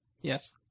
Yes